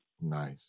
Nice